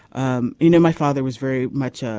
um you know my father was very much ah